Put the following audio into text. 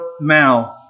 mouth